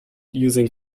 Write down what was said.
using